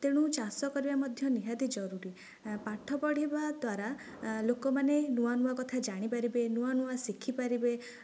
ତେଣୁ ଚାଷ କରିବା ମଧ୍ୟ ନିହାତି ଜରୁରୀ ପାଠ ପଢ଼ିବା ଦ୍ଵାରା ଲୋକମାନେ ନୂଆ ନୂଆ କଥା ଜାଣିପାରିବେ ନୂଆ ନୂଆ ଶିଖିପାରିବେ